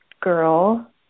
girl